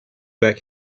back